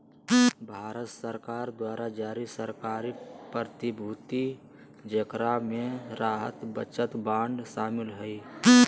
भारत सरकार द्वारा जारी सरकारी प्रतिभूति जेकरा मे राहत बचत बांड शामिल हइ